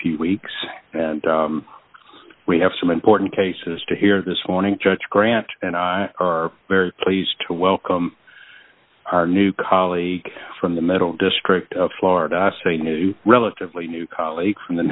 few weeks and we have some important cases to hear this morning judge grant and i are very pleased to welcome our new colleague from the middle district of florida i say new relatively new colleague from the